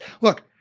Look